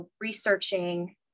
researching